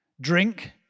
Drink